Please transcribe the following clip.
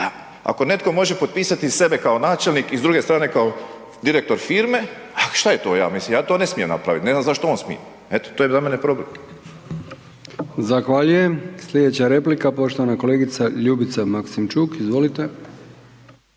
ako netko može potpisati sebe kao načelnik i s druge strane kao direktor firme, a šta je to ja mislim, ja to ne smijem napravit, ne znam zašto on smije, eto to je za mene problem.